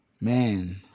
man